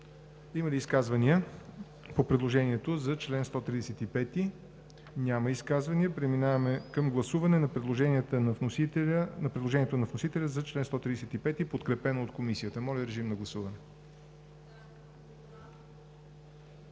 Има ли изказвания по предложението за чл. 135? Няма. Преминаваме към гласуване на предложението на вносителя за чл. 135, подкрепено от Комисията. Гласували